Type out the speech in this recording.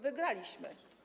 Wygraliśmy.